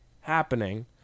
happening